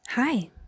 Hi